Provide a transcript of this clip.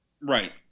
Right